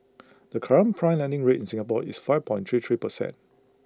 the current prime lending rate in Singapore is five point three three percent